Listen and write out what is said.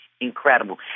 incredible